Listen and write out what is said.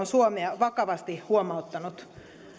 suomea vakavasti huomauttanut